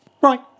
Right